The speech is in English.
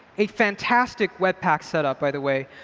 a fantastic webpack set up by the way.